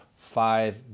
five